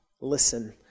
listen